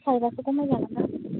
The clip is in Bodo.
थाइबासो खम होगोन नोंनो